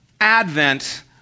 Advent